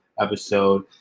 episode